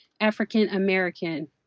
African-American